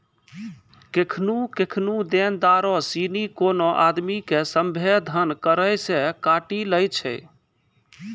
केखनु केखनु देनदारो सिनी कोनो आदमी के सभ्भे धन करो से काटी लै छै